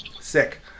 Sick